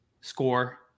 score